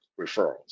referrals